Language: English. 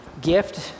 gift